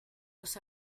los